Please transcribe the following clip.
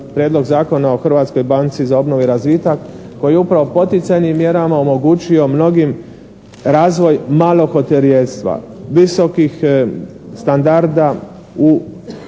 Prijedlog Zakona o Hrvatskoj banci za obnovu i razvitak koji je upravo poticajnim mjerama omogućio mnogim razvoj malog hotelijerstva, visokih standarda u